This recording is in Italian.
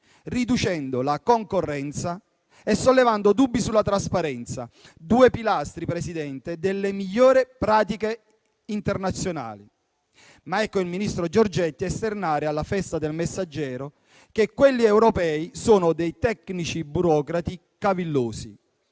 riducendo la concorrenza e sollevando dubbi sulla trasparenza, due pilastri delle migliori pratiche internazionali, signor Presidente. Ecco però il ministro Giorgetti esternare alla festa de «Il Messaggero» che quelli europei sono dei tecnici burocrati cavillosi.